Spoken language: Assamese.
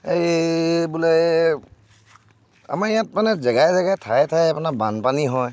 এই বোলে আমাৰ ইয়াত মানে জেগাই জেগাই ঠায়ে ঠায়ে আপোনাৰ বানপানী হয়